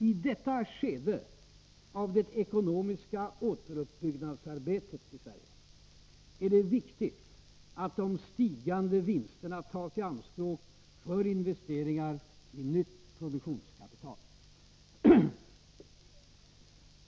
I detta skede av det ekonomiska återuppbyggnadsarbetet i Sverige är det viktigt att de stigande vinsterna tas i anspråk för investeringar i nytt produktionskapital.